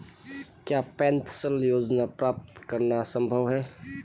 क्या पेंशन योजना प्राप्त करना संभव है?